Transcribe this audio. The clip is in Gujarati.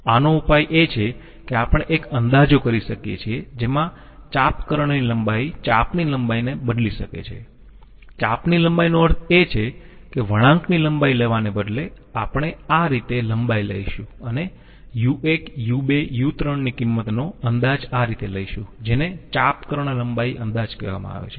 આનો ઉપાય એ છે કે આપણે એક અંદાજો કરી શકીએ છીએ જેમાં ચાપકર્ણની લંબાઈ ચાપની લંબાઈને બદલી શકે છે ચાપની લંબાઈનો અર્થ એ છે કે વળાંકની લંબાઈ લેવાને બદલે આપણે આ રીતે લંબાઈ લઈશું અને u1 u2 u3 ની કિંમતનો અંદાજ આ રીતે લઈશું જેને ચાપકર્ણ લંબાઈ અંદાજ કહેવામાં આવે છે